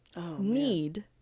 need